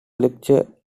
lecturer